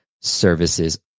services